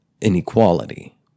inequality